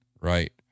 right